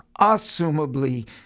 assumably